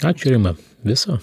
ačiū rima viso